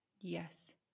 Yes